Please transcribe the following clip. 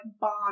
bond